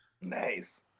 Nice